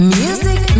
music